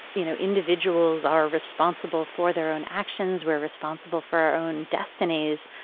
you know, individuals are responsible for their own actions. we're responsible for our own destinies.